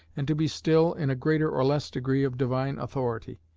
and to be still, in a greater or less degree, of divine authority.